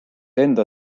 enda